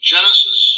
Genesis